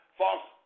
false